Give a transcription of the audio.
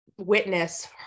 witness